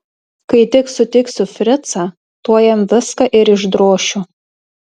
kai tik sutiksiu fricą tuoj jam viską ir išdrošiu